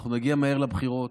אנחנו נגיע מהר לבחירות.